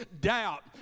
doubt